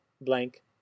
blank